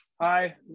Hi